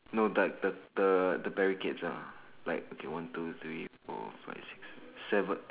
no the the the the barricades ah like okay one two three four five six seven